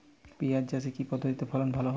পিঁয়াজ চাষে কি পদ্ধতিতে ফলন ভালো হয়?